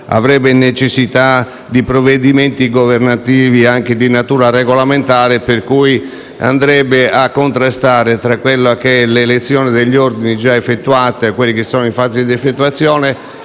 avrebbe necessità di provvedimenti governativi anche di natura regolamentare per cui andrebbe a contrastare con le elezioni degli ordini già effettuate, con quelle che sono in fase di effettuazione